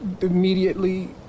immediately